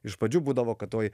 iš pradžių būdavo kad oi